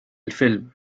الفيلم